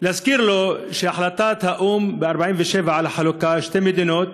להזכיר לו את החלטת האו"ם ב-1947 על חלוקה לשתי מדינות,